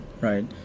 right